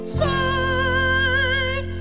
five